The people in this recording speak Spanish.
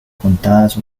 contadas